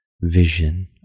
vision